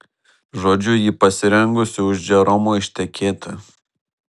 žodžiu ji pasirengusi už džeromo ištekėti